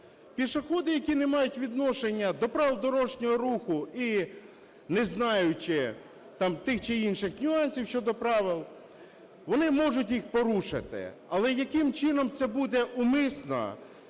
Пішоходи, які не мають відношення до правил дорожнього руху, і не знаючи тих чи інших нюансів щодо правил, вони можуть їх порушити. Але яким чином це буде, умисно